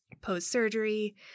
post-surgery –